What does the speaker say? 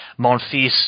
Monfils